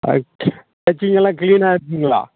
stitching எல்லாம் க்ளீனாக இருக்கும்ங்களா